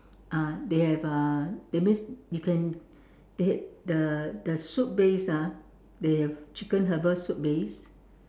uh they have uh that means you can they the the soup base ah they have chicken herbal soup base